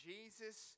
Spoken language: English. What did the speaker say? Jesus